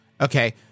Okay